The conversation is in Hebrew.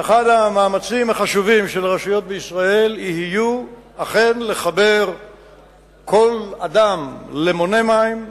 ואחד המאמצים החשובים של רשויות בישראל יהיה אכן לחבר כל אדם למונה מים,